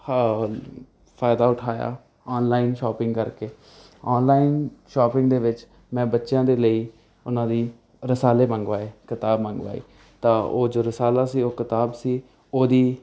ਹਾ ਫਾਇਦਾ ਉਠਾਇਆ ਔਨਲਾਈਨ ਸ਼ੋਪਿੰਗ ਕਰਕੇ ਔਨਲਾਈਨ ਸ਼ੋਪਿੰਗ ਦੇ ਵਿੱਚ ਮੈਂ ਬੱਚਿਆਂ ਦੇ ਲਈ ਉਹਨਾਂ ਦੀ ਰਸਾਲੇ ਮੰਗਵਾਏ ਕਿਤਾਬ ਮੰਗਵਾਈ ਤਾਂ ਉਹ ਜੋ ਰਸਾਲਾ ਸੀ ਉਹ ਕਿਤਾਬ ਸੀ ਉਹਦੀ